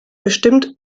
bestimmt